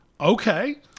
Okay